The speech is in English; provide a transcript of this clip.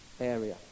area